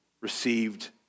received